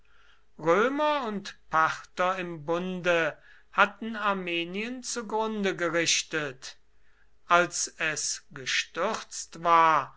römer und parther im bunde hatten armenien zugrunde gerichtet als es gestürzt war